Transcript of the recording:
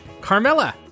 Carmella